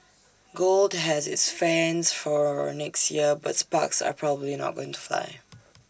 gold has its fans for next year but sparks are probably not going to fly